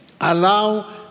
allow